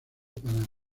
para